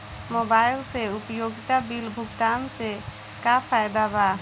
Mobile से उपयोगिता bill भुगतान से का फायदा बा?